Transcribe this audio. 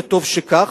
וטוב שכך,